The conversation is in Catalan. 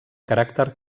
caràcter